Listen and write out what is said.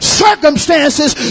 circumstances